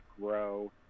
grow